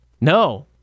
No